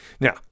Now